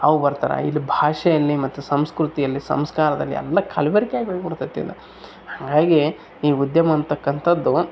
ಅವು ಬರ್ತಾರೆ ಇಲ್ಲಿ ಭಾಷೆಯಲ್ಲಿ ಮತ್ತು ಸಂಸ್ಕೃತಿಯಲ್ಲಿ ಸಂಸ್ಕಾರದಲ್ಲಿ ಎಲ್ಲ ಕಲಬೆರ್ಕೆ ಆಗಿ ಹೋಗ್ಬಿಡ್ತದೆ ಇದು ಹಂಗಾಗಿ ಈ ಉದ್ಯಮ ಅಂತಕ್ಕಂಥದ್ದು